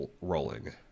rolling